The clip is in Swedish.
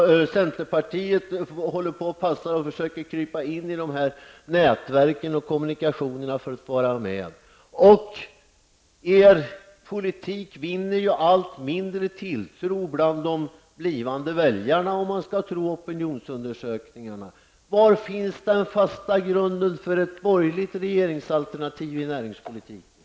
Centerpartiet försöker krypa in i nätverken för att få vara med och kommunicera. Er politik vinner allt mindre tilltro bland väljarna, om man skall tro opinionsundersökningarna. Var finns den fasta grunden för ett borgerligt regeringsalternativ när det gäller näringspolitiken?